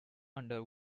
under